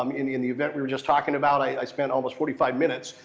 um in in the event we were just talking about, i spent almost forty five minutes,